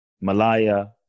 Malaya